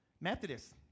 Methodist